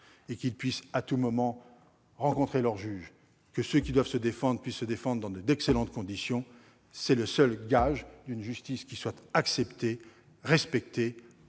et qu'ils puissent à tout moment rencontrer leur juge. Ainsi seulement, ceux qui doivent se défendre pourront le faire dans d'excellentes conditions. C'est le seul gage d'une justice acceptée, respectée,